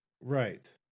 Right